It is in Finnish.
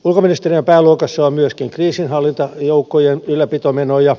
ulkoministeriön pääluokassa on myöskin kriisinhallintajoukkojen ylläpitomenoja